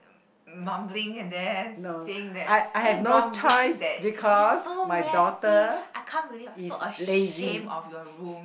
mumbling and then saying that then grumbling that it's so messy I can't believe I'm so ashamed of your room